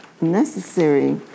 necessary